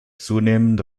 zunehmend